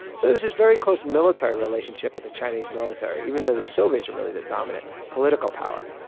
so there was this very close military relationship with the chinese military, even though the soviets were really the dominant political power.